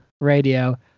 Radio